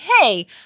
hey